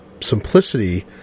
simplicity